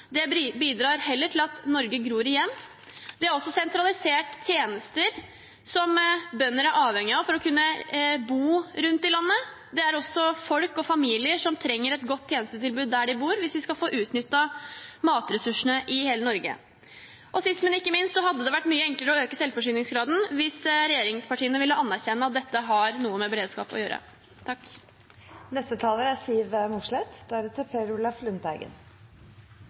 utnyttet. Det bidrar heller til at Norge gror igjen. De har også sentralisert tjenester som bønder er avhengige av for å kunne bo rundt i landet. Det er folk og familier som trenger et godt tjenestetilbud der de bor, hvis vi skal få utnyttet matressursene i hele Norge. Sist, men ikke minst: Det hadde vært mye enklere å øke selvforsyningsgraden hvis regjeringspartiene ville anerkjenne at dette har noe med beredskap å gjøre. Takk for maten, er